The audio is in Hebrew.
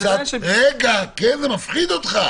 כן, זה מפחיד אותך